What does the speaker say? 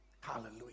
Hallelujah